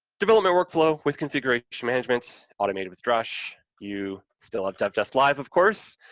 development work flow with configuration management automated with drush, you still have dev, test, live, of course.